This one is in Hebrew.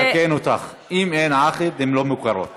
אני אתקן אותך, אם אין עקד, הן לא מוכרות.